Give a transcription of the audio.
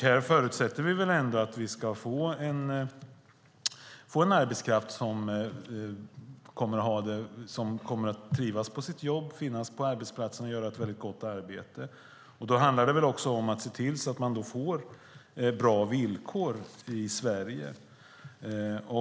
Vi förutsätter ändå att vi ska få en arbetskraft som kommer att trivas på sitt jobb, finnas på arbetsplatsen och göra ett mycket gott arbete. Då handlar det också om att se till att man får bra villkor i Sverige.